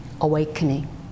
awakening